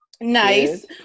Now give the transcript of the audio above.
Nice